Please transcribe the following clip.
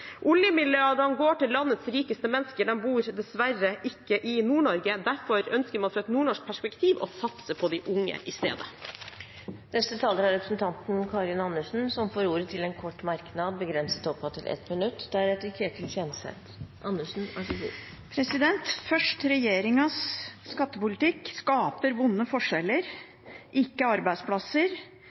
Oljemilliardene går til landets rikeste mennesker. De bor dessverre ikke i Nord-Norge. Derfor ønsker man fra et nordnorsk perspektiv å satse på de unge i stedet. Representanten Karin Andersen har hatt ordet to ganger tidligere og får ordet til en kort merknad, begrenset til 1 minutt.